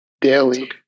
Daily